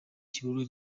kigomba